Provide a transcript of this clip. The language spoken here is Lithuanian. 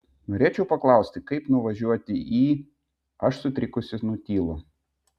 norėčiau paklausti kaip nuvažiuoti į aš sutrikusi nutylu